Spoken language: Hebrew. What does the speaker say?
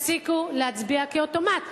תפסיקו להצביע כאוטומט.